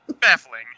baffling